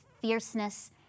fierceness